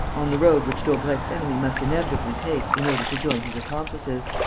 on the road which daubrecq's enemy must inevitably take in order to join his accomplices.